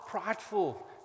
prideful